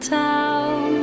town